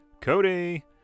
Cody